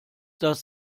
das